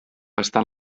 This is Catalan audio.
estan